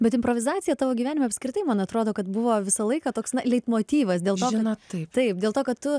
bet improvizacija tavo gyvenime apskritai man atrodo kad buvo visą laiką toks na leitmotyvas dėl to kad taip dėl to kad tu